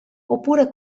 oppure